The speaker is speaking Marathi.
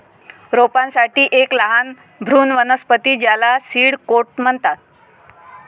रोपांसाठी एक लहान भ्रूण वनस्पती ज्याला सीड कोट म्हणतात